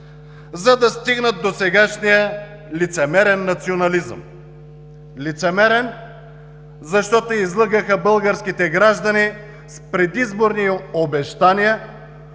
за да стигнат до сегашния лицемерен национализъм. Лицемерен, защото излъгаха българските граждани с предизборни обещания,